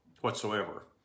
whatsoever